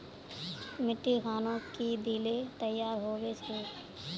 मिट्टी खानोक की दिले तैयार होबे छै?